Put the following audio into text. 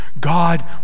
God